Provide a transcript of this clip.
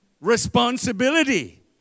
Responsibility